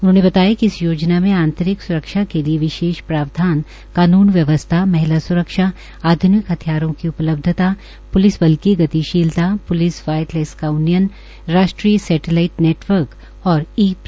उन्होंने बताया कि इस योजना में आंतरिक सुरक्षा के लिए विशेष प्रावधान कानून व्यवस्था महिला स्रक्षा आध्निक हथियारों की उपलब्धता प्लिस बल की गतिशीलता प्लिस वायलैंस की उन्नयन राष्ट्रीय सैटेलाईट नेटवर्क और ई प्रिज़न प्रोजेक्ट बनाए जायेंगे